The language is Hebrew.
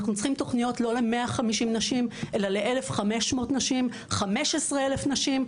אנחנו צריכים תוכניות לא ל-150 נשים אלא ל-1500 נשים 15 אלף נשים,